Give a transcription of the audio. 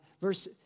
verse